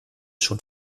schon